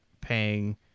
paying